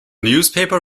newspaper